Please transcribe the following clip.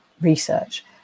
research